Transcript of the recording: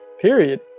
period